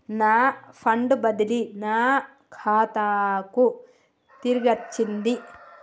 నా ఫండ్ బదిలీ నా ఖాతాకు తిరిగచ్చింది